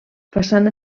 façana